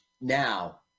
Now